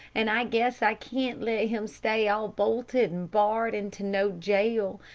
and i guess i can't let him stay all bolted and barred into no jail,